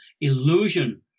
illusion